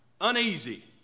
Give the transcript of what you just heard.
uneasy